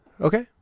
Okay